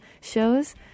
shows